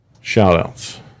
shout-outs